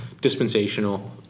Dispensational